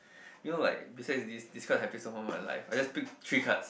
you know like beside this this happiest moment of my life I just pick three cards